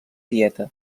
dieta